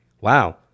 wow